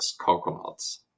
coconuts